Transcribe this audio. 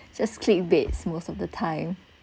just click baits most of the time